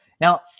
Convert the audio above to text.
Now